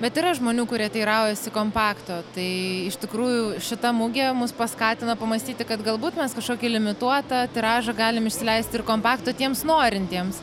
bet yra žmonių kurie teiraujasi kompakto tai iš tikrųjų šita mugė mus paskatino pamąstyti kad galbūt mes kažkokį limituotą tiražą galim išleisti ir kompaktų tiems norintiems